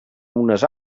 unes